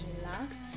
relax